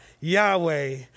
Yahweh